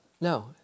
No